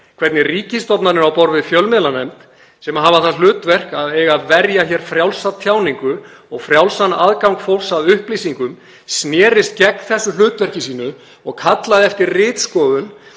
hvernig ríkisstofnanir á borð við fjölmiðlanefnd, sem hefur það hlutverk að eiga að verja frjálsa tjáningu og frjálsan aðgang fólks að upplýsingum, snerist gegn þessu hlutverki sínu og kallaði eftir ritskoðun